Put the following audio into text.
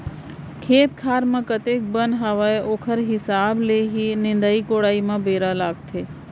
खेत खार म कतेक बन हावय ओकर हिसाब ले ही निंदाई कोड़ाई म बेरा लागथे